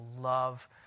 love